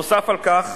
נוסף על כך